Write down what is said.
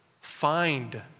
Find